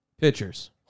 Pitchers